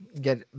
get